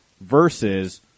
versus